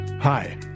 Hi